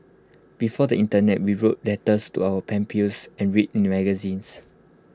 before the Internet we wrote letters to our pen pals and read magazines